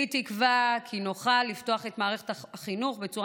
כולי תקווה כי נוכל לפתוח את מערכת החינוך בצורה